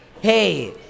Hey